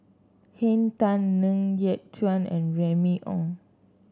Henn Tan Ng Yat Chuan and Remy Ong